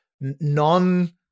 non